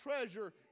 treasure